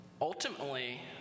Ultimately